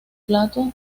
plato